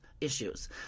issues